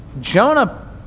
Jonah